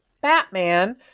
Batman